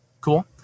Cool